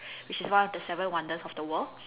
which is one of the seven wonders of the world